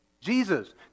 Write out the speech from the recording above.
Jesus